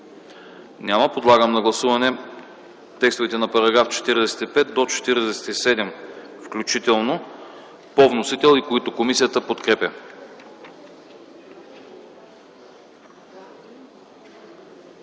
Няма. Подлагам на гласуване текстовете от параграфи 24 до 29 включително, които комисията подкрепя.